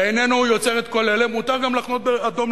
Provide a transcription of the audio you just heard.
אינו יוצר את כל אלה, מותר גם לחנות באדום-לבן.